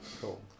Cool